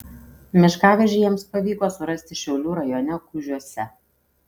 miškavežį jiems pavyko surasti šiaulių rajone kužiuose